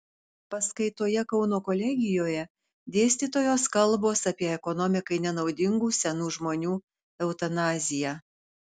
paskaitoje kauno kolegijoje dėstytojos kalbos apie ekonomikai nenaudingų senų žmonių eutanaziją